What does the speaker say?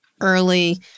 early